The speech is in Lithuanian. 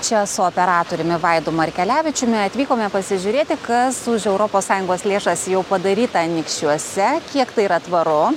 čia su operatoriumi vaidu markelevičiumi atvykome pasižiūrėti kas už europos sąjungos lėšas jau padaryta anykščiuose kiek tai yra tvaru